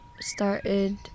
started